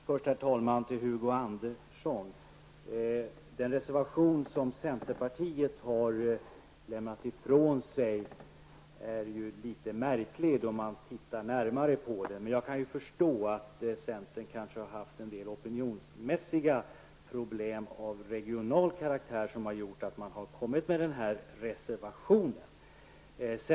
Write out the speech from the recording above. Herr talman! Först vill jag till Hugo Andersson säga att den reservation som centerpartiet har fogat till betänkandet är litet märklig om man tittar närmare på den. Men jag kan förstå att centern kanske har haft en del opinionsmässiga problem av regional karaktär som har gjort att man har skrivit denna reservation.